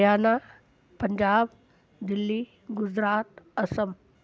Haryana Punjab Delhi Gujarat Assam